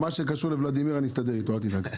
מה שקשור לוולדימיר אני אסתדר איתו, אל תדאג.